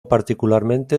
particularmente